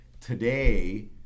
Today